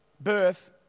birth